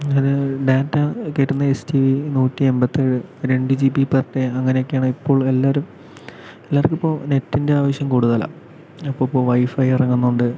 data കയറ്റുന്ന S T V നൂറ്റി അൻപത്തേഴ് രണ്ട് ജി ബി പെർ ഡേ അങ്ങനെയൊക്കെയാണ് ഇപ്പോൾ എല്ലാവരും എല്ലാവർക്കും ഇപ്പോൾ നെറ്റിൻ്റെ ആവിശ്യം കൂടുതലാണ് അപ്പോൾ അപ്പോൾ വൈഫൈ ഇറങ്ങുന്നുണ്ട്